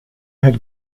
had